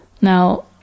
Now